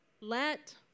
let